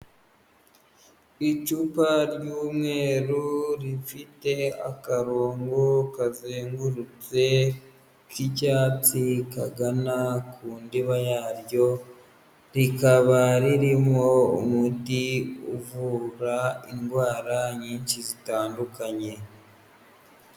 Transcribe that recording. Icupa ry'umweru, rifite akarongo kazengurutse k'icyatsi, kagana ku ndiba yaryo, rikaba ririmo umuti uvura indwara nyinshi zitandukanye.